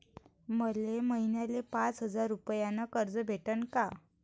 मले महिन्याले पाच हजार रुपयानं कर्ज भेटन का?